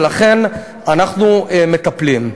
ולכן אנחנו מטפלים.